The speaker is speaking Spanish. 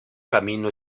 camino